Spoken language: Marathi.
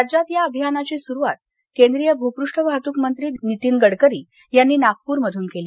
राज्यात या अभियानाची सुरुवात केंद्रीय भूपृष्ठ वाहतूक मंत्री नितीन गडकरी यांनी नागपूरमधून केली